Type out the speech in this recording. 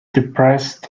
depressed